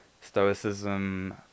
stoicism